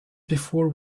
before